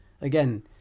Again